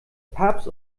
papst